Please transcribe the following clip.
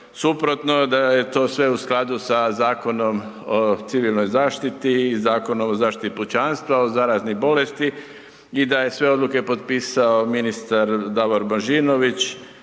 suprotno, da je to sve u skladu sa Zakonom o civilnoj zaštiti i Zakonom o zaštiti pučanstva od zaraznih bolesti i da je sve odluke potpisao ministar Davor Božinović,